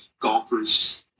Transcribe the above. golfers